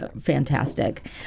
fantastic